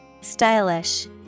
Stylish